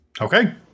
Okay